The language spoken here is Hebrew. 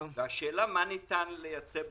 השאלה מה ניתן לייצא בתבלינים.